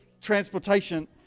transportation